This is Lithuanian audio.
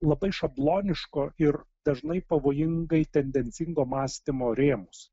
labai šabloniško ir dažnai pavojingai tendencingo mąstymo rėmus